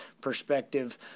perspective